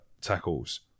tackles